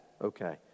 okay